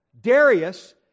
Darius